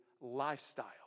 lifestyle